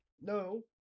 No